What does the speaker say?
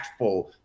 impactful